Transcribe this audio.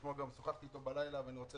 אתמול גם שוחחתי איתו בלילה ואני רוצה